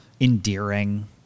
endearing